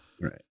right